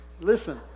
listen